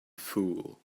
fool